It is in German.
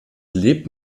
lebt